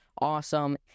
awesome